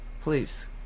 please